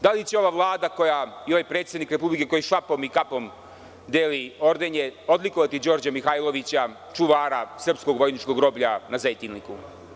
Da li će ova Vlada kojoj predsednik Republike, koji šakom i kapom deli ordenje, odlikovati Đorđa Mihajlovića čuvara srpskog vojničkog groblja na Zejtinliku?